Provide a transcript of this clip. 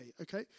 okay